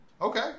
okay